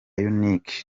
unique